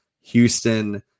Houston